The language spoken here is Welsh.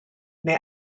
neu